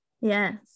yes